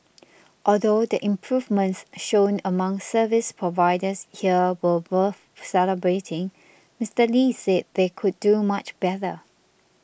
although the improvements shown among service providers here were worth celebrating Mister Lee said they can do much better